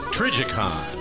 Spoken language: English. Trigicon